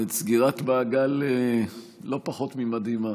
באמת, סגירת מעגל לא פחות ממדהימה.